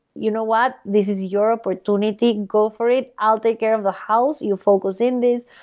you know what? this is your opportunity. go for it. i'll take care of the house. you focus in this,